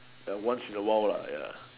at once in awhile lah ya